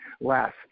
last